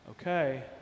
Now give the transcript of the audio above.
Okay